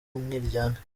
umwiryane